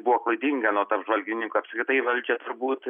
buvo klaidinga anot apžvalgininkų apskritai valdžia turbūt